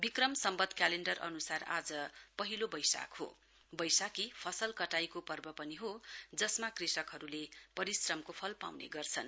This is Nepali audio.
विक्रम सम्वत क्यालेण्डर अनुसार आज पहिलो वैशाख हो वैशाखी फसल कटाईको पर्व पनि हो जसमा क्रषकहरुले परिश्रमको फल पाउने गर्छन्